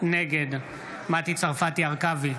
נגד מטי צרפתי הרכבי,